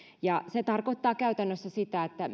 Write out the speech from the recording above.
ja se tarkoittaa käytännössä sitä että